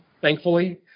thankfully